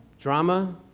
drama